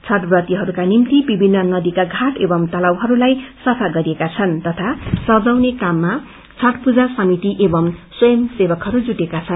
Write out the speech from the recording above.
छठक्रतीहरूको निम्ति विभिन्न नदीका घाट एवं तलाउहरूलाई सफ्रा गरिएका छन् तथा सजाउने काममा छठ पूजा समिति एवं स्वयं सेवकहरू जुटेका छन्